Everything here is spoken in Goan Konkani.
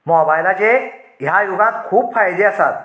मोबायलाचे ह्या युगांत खूब फायदे आसात